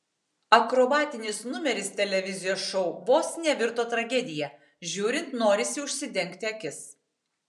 akrobatinis numeris televizijos šou vos nevirto tragedija žiūrint norisi užsidengti akis